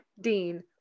Dean